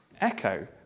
echo